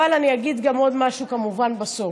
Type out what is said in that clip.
אבל אני אגיד עוד משהו כמובן בסוף.